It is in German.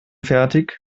fertig